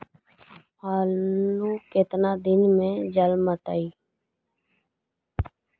आलू केतना दिन में जलमतइ?